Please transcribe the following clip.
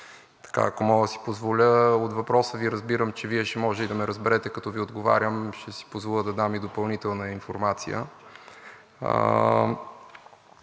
Ако мога да си позволя, и от въпроса Ви разбирам, че Вие ще може и да ме разберете, като Ви отговарям, ще си позволя да давам и допълнителна информация.